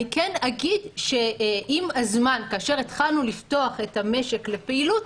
אני כן אגיד שעם הזמן כאשר התחלנו לפתוח את המשק לפעילות,